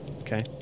Okay